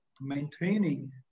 maintaining